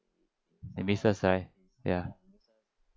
you miss her right ya